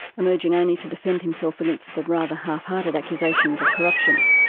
emerging only to defend himself against the rather half-hearted accusations of corruption.